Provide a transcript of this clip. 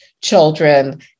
children